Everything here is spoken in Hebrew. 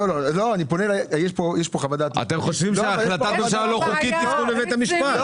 אם אתם חושבים שהחלטת הממשלה לא חוקית פנו לבית המשפט.